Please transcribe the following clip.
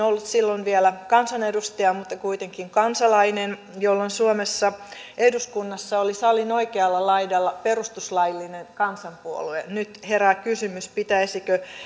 ollut silloin vielä kansanedustaja mutta kuitenkin kansalainen jolloin suomessa eduskunnassa oli salin oikealla laidalla perustuslaillinen kansanpuolue nyt herää kysymys pitäisikö